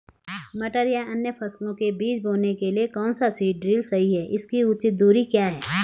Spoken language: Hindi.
मटर या अन्य फसलों के बीज बोने के लिए कौन सा सीड ड्रील सही है इसकी उचित दूरी क्या है?